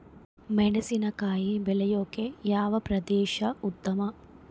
ಮೆಣಸಿನಕಾಯಿ ಬೆಳೆಯೊಕೆ ಯಾವ ಪ್ರದೇಶ ಉತ್ತಮ?